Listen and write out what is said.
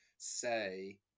Say